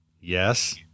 yes